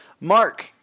Mark